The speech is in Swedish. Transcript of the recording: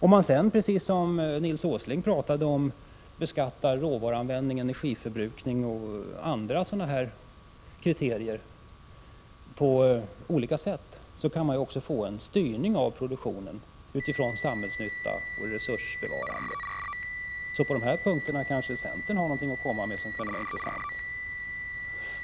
Om man sedan, precis som Nils G. Åsling talade om, beskattar råvaruanvändning, energiförbrukning och annat, kan också produktionen styras utifrån samhällsnytta och resursbevarande. På dessa punkter kanske centern har något intressant att komma med.